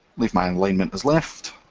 eave my alignment as left.